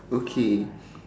okay